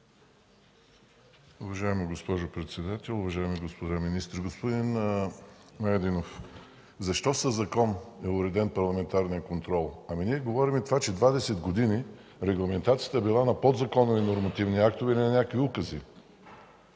Уважаема госпожо председател, уважаеми господа министри! Господин Найденов, защо е уреден със закон парламентарният контрол? Ние говорим за това, че 20 години регламентацията е била на подзаконови нормативни актове, а не на някакви укази.